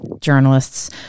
journalists